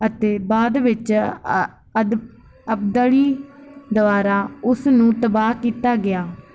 ਅਤੇ ਬਾਅਦ ਵਿੱਚ ਅਬਦਾਲੀ ਦੁਆਰਾ ਉਸਨੂੰ ਤਬਾਹ ਕੀਤਾ ਗਿਆ